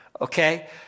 okay